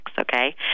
okay